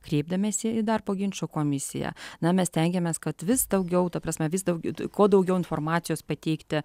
kreipdamiesi į darbo ginčų komisiją na mes stengiamės kad vis daugiau ta prasme vis daugiau kuo daugiau informacijos pateikti